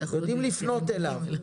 אנחנו יודעים לפנות אליו.